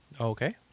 Okay